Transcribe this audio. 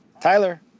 Tyler